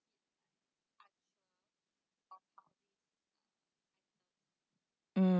mm